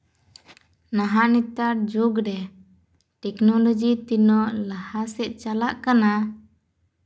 ᱱᱟᱦᱟᱜ ᱱᱮᱛᱟᱨ ᱡᱩᱜᱽᱨᱮ ᱴᱮᱠᱱᱳᱞᱚᱡᱤ ᱛᱤᱱᱟᱹᱜ ᱞᱟᱦᱟ ᱥᱮᱫ ᱪᱟᱞᱟᱜ ᱠᱟᱱᱟ